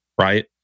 right